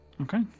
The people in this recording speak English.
okay